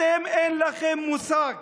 אתם, אין לכם מושג